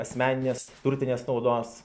asmeninės turtinės naudos